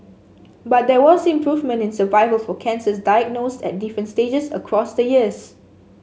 but there was improvement in survival for cancers diagnosed at different stages across the years